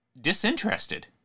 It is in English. disinterested